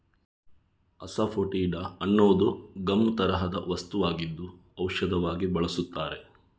asafoetida ಅನ್ನುವುದು gum ತರಹದ ವಸ್ತುವಾಗಿದ್ದು ಔಷಧವಾಗಿ ಬಳಸುತ್ತಾರೆ